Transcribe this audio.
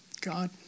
God